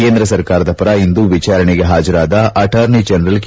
ಕೇಂದ್ರ ಸರ್ಕಾರದ ಪರ ಇಂದು ವಿಚಾರಣೆಗೆ ಹಾಜರಾದ ಅಟಾರ್ನಿ ಜನರಲ್ ಕೆ